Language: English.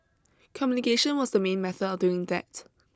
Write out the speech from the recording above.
communication was the main method of doing that